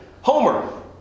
Homer